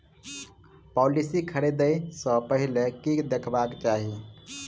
Policy खरीदै सँ पहिने की देखबाक चाहि?